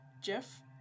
Jeff